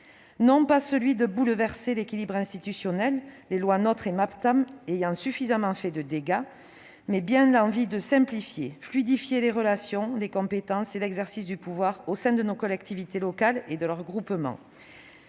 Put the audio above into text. non pas celui de bouleverser l'équilibre institutionnel- les lois NOTRe et Maptam ayant fait suffisamment de dégâts -, mais bien celui de simplifier, de fluidifier les relations, les compétences et l'exercice du pouvoir au sein de nos collectivités locales et de leurs groupements.